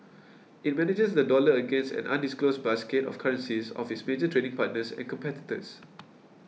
it manages the dollar against an undisclosed basket of currencies of its major trading partners and competitors